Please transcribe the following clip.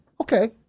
okay